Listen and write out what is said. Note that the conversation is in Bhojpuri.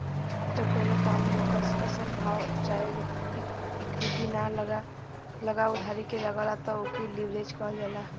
जब कउनो काम मे ओकर असल भाव चाहे इक्विटी ना लगा के उधारी लगला त ओके लीवरेज कहल जाला